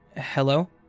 Hello